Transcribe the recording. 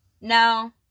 no